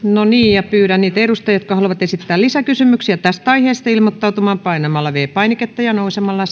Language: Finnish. pyydän niitä edustajia jotka haluavat esittää lisäkysymyksiä tästä aiheesta ilmoittautumaan painamalla viides painiketta ja nousemalla